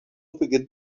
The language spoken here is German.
beginnt